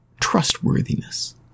trustworthiness